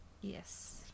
yes